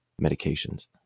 medications